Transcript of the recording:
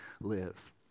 live